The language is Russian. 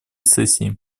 сессии